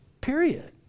Period